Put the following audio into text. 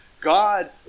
God